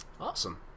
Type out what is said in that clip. Awesome